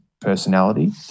personality